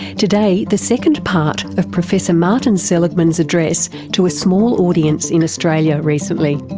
today the second part of professor martin seligman's address to a small audience in australia recently.